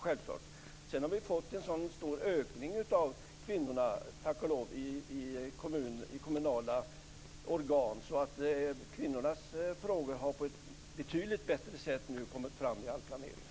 Sedan har det, tack och lov, skett en stor ökning av antalet kvinnor i kommunala organ, så kvinnornas frågor kommer nu fram på ett betydligt bättre sätt i all planering.